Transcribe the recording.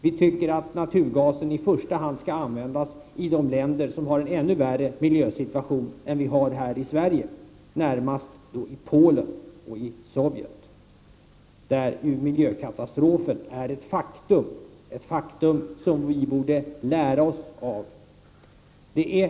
Vi tycker att naturgasen i första hand skall användas i de länder som har en ännu värre miljösituation än vi har här i Sverige — närmast i Polen och i Sovjet. Där är ju miljökatastrofen ett faktum — ett faktum som vi borde lära oss av. Herr talman!